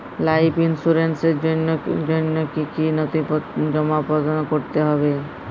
Life ইন্সুরেন্সর জন্য জন্য কি কি নথিপত্র জমা করতে হবে?